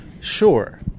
Sure